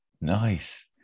Nice